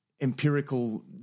empirical